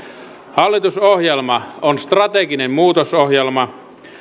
hallitusohjelma on strateginen muutosohjelma